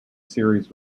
series